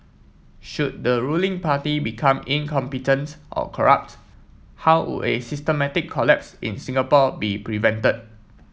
should the ruling party become incompetent or corrupt how would a systematic collapse in Singapore be prevented